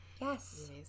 Yes